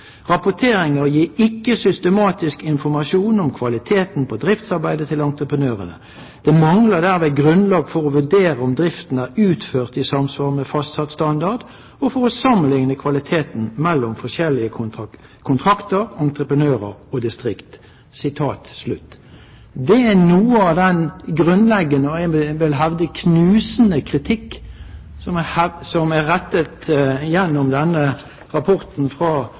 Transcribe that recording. Rapporteringa gir ikkje systematisk informasjon om kvaliteten på driftsarbeidet til entreprenørane. Det mangler dermed grunnlag for å vurdere om drifta er utført i samsvar med fastsette standardar, og for å samanlikne kvaliteten mellom forskjellige kontraktar, entreprenørar og distrikt.» Det er noe av den grunnleggende og – jeg vil hevde – knusende kritikk som gjennom denne rapporten